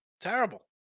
Terrible